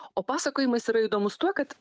o pasakojimas yra įdomus tuo kad